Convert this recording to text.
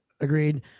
Agreed